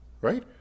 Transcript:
right